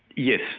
yes.